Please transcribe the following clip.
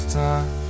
time